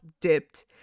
Dipped